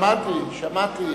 שמעתי.